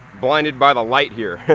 blinded by the light here.